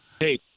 Hey